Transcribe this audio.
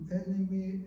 enemy